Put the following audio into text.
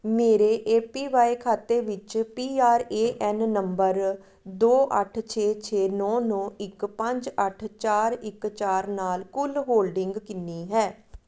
ਮੇਰੇ A P Y ਖਾਤੇ ਵਿੱਚ ਪੀ ਆਰ ਏ ਐੱਨ ਨੰਬਰ ਦੋ ਅੱਠ ਛੇ ਛੇ ਨੌ ਨੌ ਇੱਕ ਪੰਜ ਅੱਠ ਚਾਰ ਇੱਕ ਚਾਰ ਨਾਲ ਕੁੱਲ ਹੋਲਡਿੰਗ ਕਿੰਨੀ ਹੈ